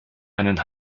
einen